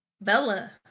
Bella